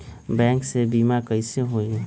Bank से बिमा कईसे होई?